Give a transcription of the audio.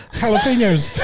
jalapenos